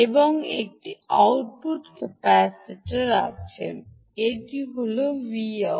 এবং একটি output capacitor আছে এটি হল Vout